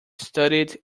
studied